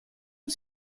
une